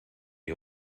die